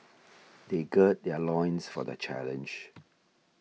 they gird their loins for the challenge